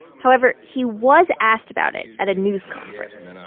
however, he was asked about it at a news conference